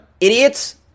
idiots